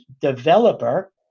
developer